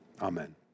Amen